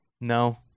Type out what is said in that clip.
No